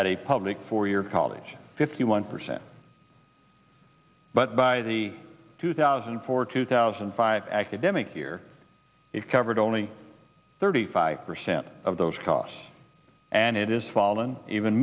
at a public four year college fifty one percent but by the two thousand and four two thousand and five academic year it covered only thirty five percent of those costs and it is fallen even